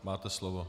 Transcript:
Máte slovo.